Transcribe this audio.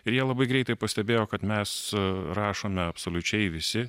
ir jie labai greitai pastebėjo kad mes rašome absoliučiai visi